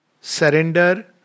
surrender